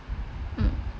mm